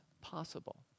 possible